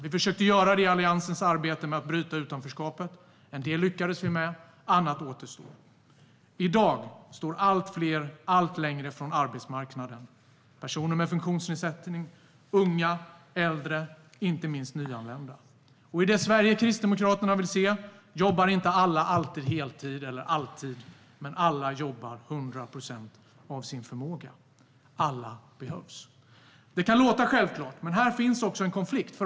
Vi försökte göra det i Alliansens arbete med att bryta utanförskapet. En del lyckades vi med, annat återstår. I dag står allt fler allt längre från arbetsmarknaden - personer med funktionsnedsättning, unga, äldre och inte minst nyanlända. I det Sverige som Kristdemokraterna vill se jobbar inte alla alltid heltid eller alltid, men alla jobbar 100 procent av sin förmåga. Alla behövs. Det kan låta självklart, men här finns också en konflikt.